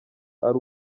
ari